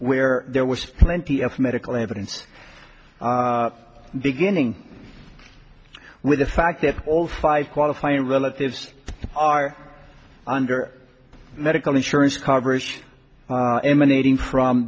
where there was plenty of medical evidence beginning with the fact that all five qualifying relatives are under medical insurance coverage emanating from